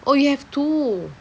oh you have two